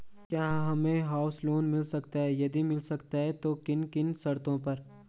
क्या हमें house loan मिल सकता है यदि मिल सकता है तो किन किन शर्तों पर?